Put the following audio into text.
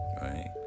Right